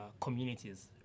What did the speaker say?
communities